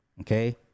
Okay